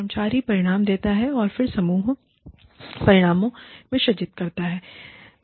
कर्मचारी परिणाम देता है फिर समूह परिणामों में सृजित करता है